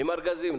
עם ארגזים.